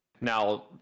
now